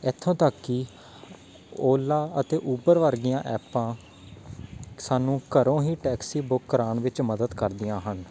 ਇੱਥੋਂ ਤੱਕ ਕਿ ਓਲਾ ਅਤੇ ਊਬਰ ਵਰਗੀਆਂ ਐਪਾਂ ਸਾਨੂੰ ਘਰੋਂ ਹੀ ਟੈਕਸੀ ਬੁੱਕ ਕਰਵਾਉਣ ਵਿੱਚ ਮਦਦ ਕਰਦੀਆਂ ਹਨ